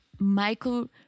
Michael